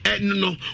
no